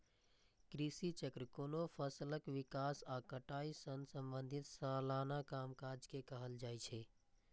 कृषि चक्र कोनो फसलक विकास आ कटाई सं संबंधित सलाना कामकाज के कहल जाइ छै